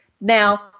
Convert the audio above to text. Now